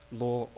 law